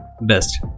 best